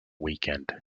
weekend